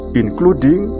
including